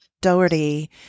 Doherty